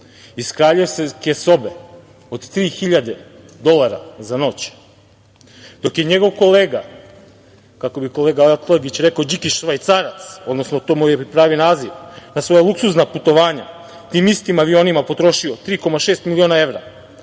iz Kraljevske sobe od 3.000 dolara za noć, dok je njegov kolega, kako bi kolega Atlagić rekao, „Điki Švajcarac“, odnosno to mu je pravi naziv, na svoja luksuzna putovanja tim istim avionima potrošio 3,6 miliona evra. Da